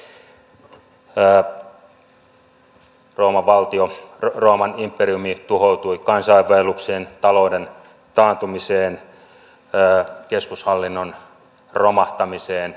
rooman valtio rooman imperiumi tuhoutui kansainvaellukseen talouden taantumiseen keskushallinnon romahtamiseen